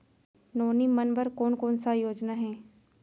नोनी मन बर कोन कोन स योजना हे?